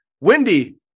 Wendy